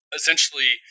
essentially